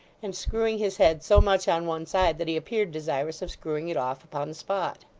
and screwing his head so much on one side that he appeared desirous of screwing it off upon the spot.